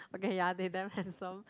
okay ya they damn handsome